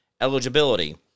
eligibility